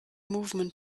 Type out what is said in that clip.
movement